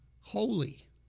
holy